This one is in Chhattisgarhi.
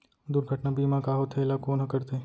दुर्घटना बीमा का होथे, एला कोन ह करथे?